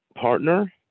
partner